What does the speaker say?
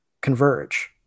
Converge